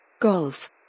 Golf